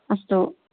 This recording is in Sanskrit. अस्तु